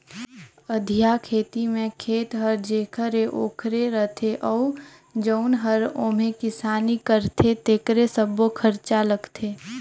अधिया खेती में खेत हर जेखर हे ओखरे रथे अउ जउन हर ओम्हे किसानी करथे तेकरे सब्बो खरचा लगथे